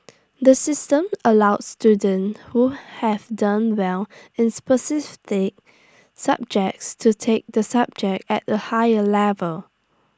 the system allows students who have done well in specific subjects to take the subject at A higher level